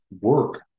work